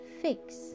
fix